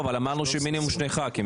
אבל אמרנו מינימום שני ח"כים.